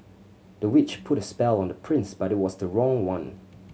the witch put a spell on the prince but it was the wrong one